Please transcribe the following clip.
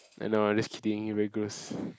I know I'm just kidding you very gross